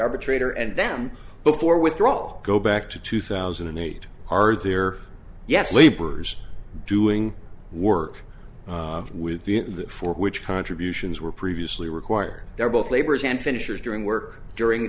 arbitrator and them before withdrawal go back to two thousand and eight are there yet laborers doing work within that for which contributions were previously required there are both laborers and finishers during work during